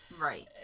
right